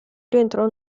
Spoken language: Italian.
rientro